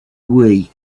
wii